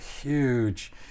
huge